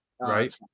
right